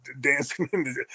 dancing